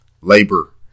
labor